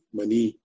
money